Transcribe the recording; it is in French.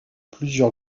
plusieurs